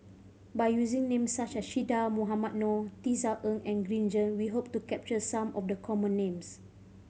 by using names such as Che Dah Mohamed Noor Tisa Ng and Green Zeng we hope to capture some of the common names